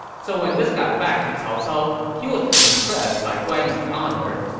so when this got back to cao cao, he was impressed by guan yu's honor.